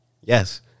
Yes